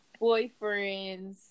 boyfriends